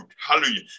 hallelujah